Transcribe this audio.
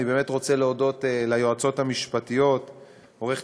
אני באמת רוצה להודות ליועצות המשפטיות עורכת-הדין